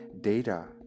data